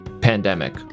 pandemic